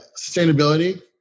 Sustainability